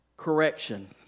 correction